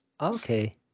Okay